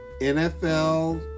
NFL